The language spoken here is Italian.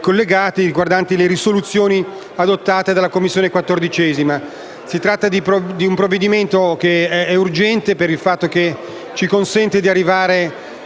collegati riguardanti le risoluzioni adottate dalla Commissione 14a. Si tratta di un provvedimento urgente perché ci consente di sanare